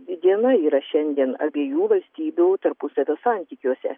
diena yra šiandien abiejų valstybių tarpusavio santykiuose